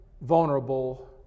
vulnerable